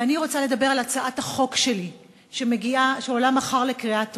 אני רוצה לדבר על הצעת החוק שלי שעולה מחר לקריאה טרומית,